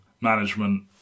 management